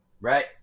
Right